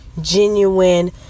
genuine